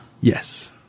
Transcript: yes